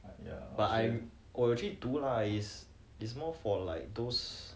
but I 我有去读啊 is is more for like those